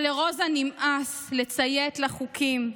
אבל לרוזה נמאס לציית לחוקים,